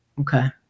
Okay